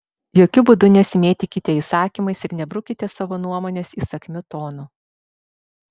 jokiu būdu nesimėtykite įsakymais ir nebrukite savo nuomonės įsakmiu tonu